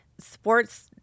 sports